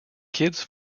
kids